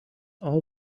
all